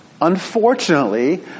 Unfortunately